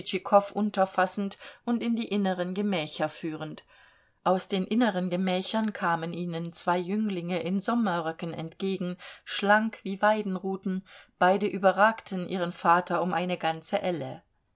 unterfassend und in die inneren gemächer führend aus den inneren gemächern kamen ihnen zwei jünglinge in sommerröcken entgegen schlank wie weidenruten beide überragten ihren vater um eine ganze elle